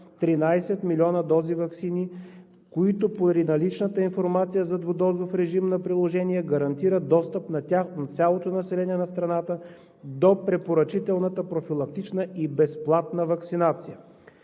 13 милиона дози ваксини, които поради наличната информация за двудозов режим на приложение гарантират достъп до тях на цялото население на страната до препоръчителната профилактична и безплатна ваксинация.